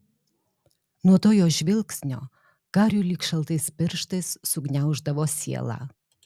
nuo to jos žvilgsnio kariui lyg šaltais pirštais sugniauždavo sielą